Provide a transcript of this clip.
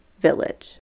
VILLAGE